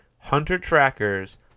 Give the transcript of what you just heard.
hunter-trackers